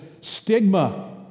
stigma